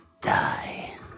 die